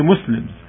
Muslims